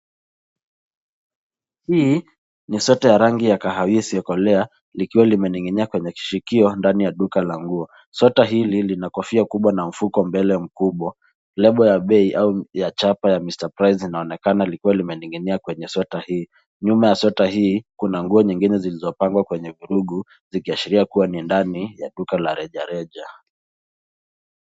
Hii, ni sweta ya rangi ya kahawia isiokolea, likiwa limening'inia kwenye kishikio, ndani ya duka la nguo. Sweta hili, lina kofia kubwa na mfuko mbele mkubwa. Label ya bei, au chapa ya Mrprice inaonekana likiwa limening'ia kwenye sweta hii. Nyuma ya sweta hii, kuna nguo nyingine zilizopangwa kwenye vurugu, zikiashiria kuwa ni ndani, ya duka la rejareja.